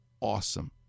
awesome